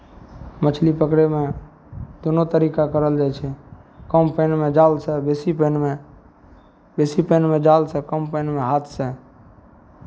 मछली पकड़यमे दोनो तरीका करल जाइ छै कम पानिमे जालसँ बेसी पानिमे बेसी पानिमे जालसँ कम पानिमे हाथसँ